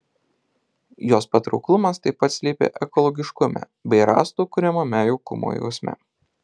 jos patrauklumas taip pat slypi ekologiškume bei rąstų kuriamame jaukumo jausme